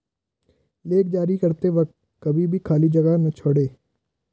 check जारी करते वक्त कभी भी खाली जगह न छोड़ें